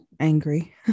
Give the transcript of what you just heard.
Angry